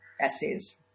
essays